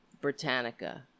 britannica